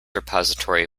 repository